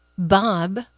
Bob